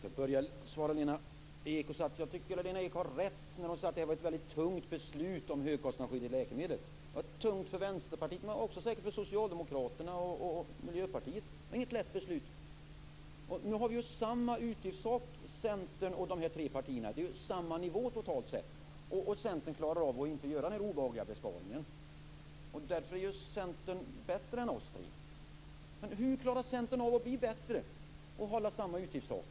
Fru talman! Jag tycker att Lena Ek har rätt när hon säger att högkostnadsskyddet för läkemedel är ett tungt beslut. Det var tungt för Vänsterpartiet, men säkert också för Socialdemokraterna och Miljöpartiet. Det var inget lätt beslut. Centerpartiet och de här tre partierna har ju samma utgiftstak. Det är samma nivå totalt sett. Centern klarar av att inte göra den här obehagliga besparingen. Därför är ju Centern bättre än de andra tre. Hur klarar Centern av att bli bättre och hålla samma utgiftstak?